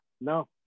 No